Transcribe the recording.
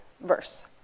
verse